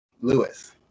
Lewis